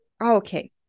Okay